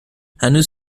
هنوز